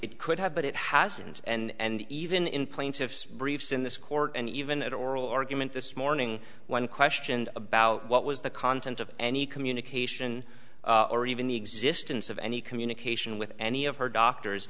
it could have but it hasn't and even in plaintiff's briefs in this court and even at oral argument this morning when questioned about what was the content of any communication or even the existence of any communication with any of her doctors